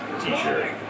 t-shirt